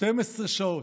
12 שעות,